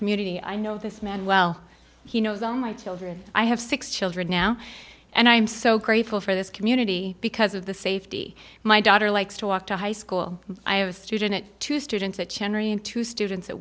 community i know this man well he knows all my children i have six children now and i am so grateful for this community because of the safety my daughter likes to walk to high school i have a student two students at cherry and two students